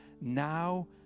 now